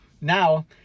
Now